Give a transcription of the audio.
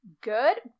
good